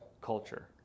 culture